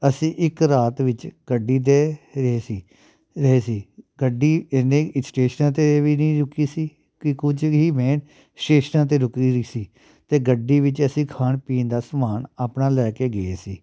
ਅਸੀਂ ਇੱਕ ਰਾਤ ਵਿੱਚ ਗੱਡੀ ਦੇ ਰਹੇ ਸੀ ਰਹੇ ਸੀ ਗੱਡੀ ਇੰਨੇ ਸਟੇਸ਼ਨਾਂ 'ਤੇ ਵੀ ਨਹੀਂ ਰੁਕੀ ਸੀ ਕਿ ਕੁਝ ਹੀ ਮੇਨ ਸਟੇਸ਼ਨਾਂ 'ਤੇ ਰੁਕੀ ਰਹੀ ਸੀ ਅਤੇ ਗੱਡੀ ਵਿੱਚ ਅਸੀਂ ਖਾਣ ਪੀਣ ਦਾ ਸਮਾਨ ਆਪਣਾ ਲੈ ਕੇ ਗਏ ਸੀ